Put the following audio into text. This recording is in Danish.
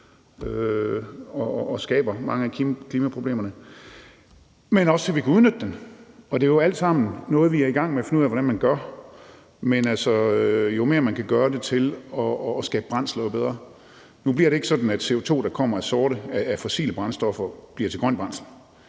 og skaber mange af klimaproblemerne, men også, sådan at vi kan udnytte den. Og det er jo alt sammen noget, vi er i gang med at finde ud af hvordan man gør. Jo mere man kan bruge det til at skabe brændsler, jo bedre. Nu bliver det ikke sådan, at CO2, der kommer af fossile brændstoffer, bliver til grønt brændsel.